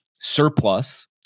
surplus